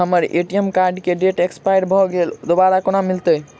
हम्मर ATM card केँ date expire भऽ गेल दोबारा कोना मिलत?